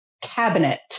cabinet